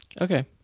Okay